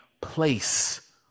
place